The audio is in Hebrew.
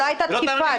זו לא הייתה תקיפה,